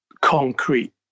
concrete